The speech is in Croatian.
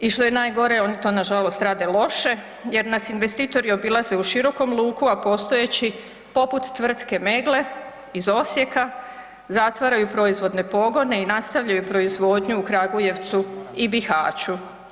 I što je najgore oni to nažalost rade loše jer nas investitori obilaze u širokom luku, a postojeći, poput tvrtke Meggle iz Osijeka, zatvaraju proizvodne pogone i nastavljaju proizvodnju u Kragujevcu i Bihaću.